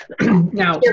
Now